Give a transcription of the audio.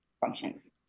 functions